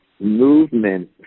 movement